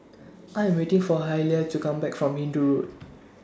I Am waiting For Hailie to Come Back from Hindoo Road